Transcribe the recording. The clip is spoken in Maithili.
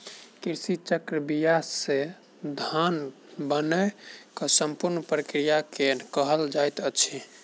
कृषि चक्र बीया से धान बनै के संपूर्ण प्रक्रिया के कहल जाइत अछि